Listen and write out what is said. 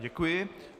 Děkuji.